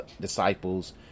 disciples